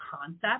concept